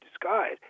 disguise